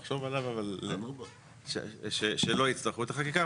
אז עכשיו בכל זאת מוסמך השר להתקין תקנות שהן הפוכות